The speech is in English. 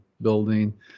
building